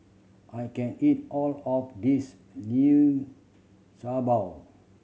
I can't eat all of this Liu Sha Bao